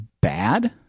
bad